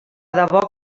debò